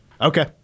Okay